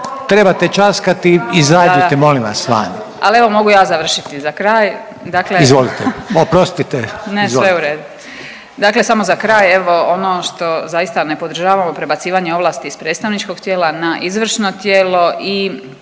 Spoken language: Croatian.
trebati ćaskati izađite molim vas van./… Ali evo mogu ja završiti za kraj, …/Upadica Reiner: Izvolite, oprostite, izvolite./… Ne sve u redu. Dakle, samo za kraj evo ono što zaista ne podržavamo prebacivanje ovlasti s predstavničkog tijela na izvršno tijelo